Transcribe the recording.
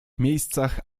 miejscach